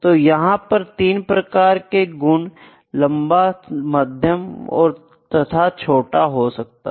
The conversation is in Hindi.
तो यहां पर तीन प्रकार के गुण लंबा मध्यम तथा छोटा हो सकते हैं